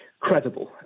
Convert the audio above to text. Credible